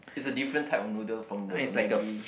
it's a different type of noodle from the Maggi